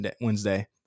Wednesday